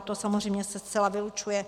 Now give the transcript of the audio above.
To samozřejmě se zcela vylučuje.